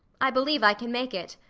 i believe i can make it.